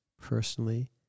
personally